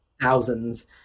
thousands